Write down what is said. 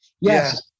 Yes